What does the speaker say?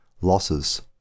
losses